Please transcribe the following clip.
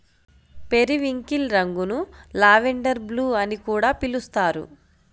periwinkle రంగును lavender blue అని కూడా పిలుస్తారు